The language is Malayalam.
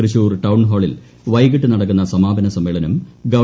തൃശൂർ ്ടൌൺ ഹാളിൽ വൈകീട്ട് നടക്കുന്ന സമാപന സമ്മേളനം ഗവ